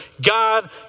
God